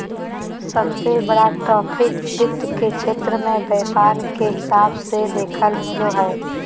सबसे बड़ा ट्रैफिक वित्त के क्षेत्र मे व्यापार के हिसाब से देखेल मिलो हय